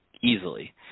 easily